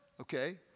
okay